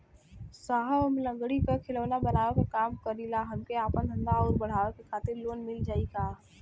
साहब हम लंगड़ी क खिलौना बनावे क काम करी ला हमके आपन धंधा अउर बढ़ावे के खातिर लोन मिल जाई का?